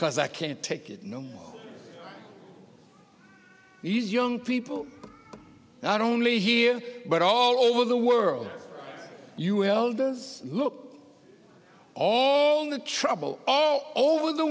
because i can't take it no these young people not only here but all over the world you have all this look all the trouble all over the